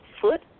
foot